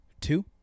two